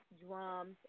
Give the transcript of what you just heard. drums